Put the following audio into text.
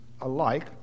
alike